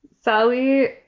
Sally